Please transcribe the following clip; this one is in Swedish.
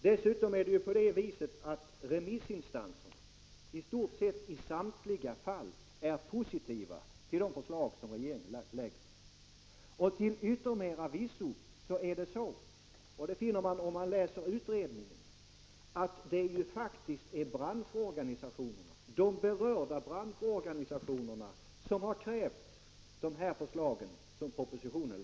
Dessutom är det så att remissinstanserna är positiva i nästan samtliga fall till det förslag som regeringen lägger fram. Till yttermera visso är det så — det finner man om man läser utredningen — att det är de berörda branschorganisationerna som har krävt de förslag som läggs fram i propositionen.